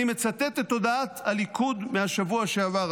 אני מצטט את הודעת הליכוד מהשבוע שעבר,